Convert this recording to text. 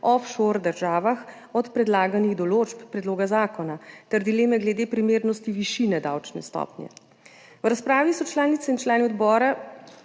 offshore državah, od predlaganih določb predloga zakona ter dileme glede primernosti višine davčne stopnje. V razpravi so članice in člani odbora